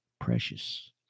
precious